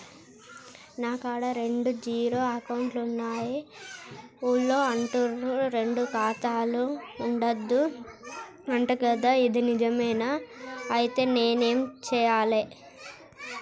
నా కాడా రెండు జీరో అకౌంట్లున్నాయి ఊళ్ళో అంటుర్రు రెండు ఖాతాలు ఉండద్దు అంట గదా ఇది నిజమేనా? ఐతే నేనేం చేయాలే?